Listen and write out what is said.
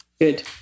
Good